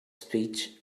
speech